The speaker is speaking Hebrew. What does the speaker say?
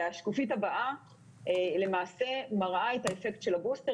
השקופית הבאה למעשה מראה את האפקט של הבוסטר